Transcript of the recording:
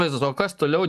vaizdas o kas toliau